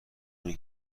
اینه